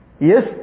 Yes